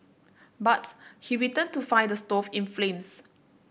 but he returned to find the stove in flames